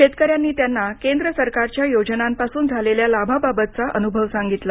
शेतकऱ्यांनी त्यांना केंद्र सरकारच्या योजनांपासून झालेल्या लाभाबाबतचा अनुभव यावेळी सांगितला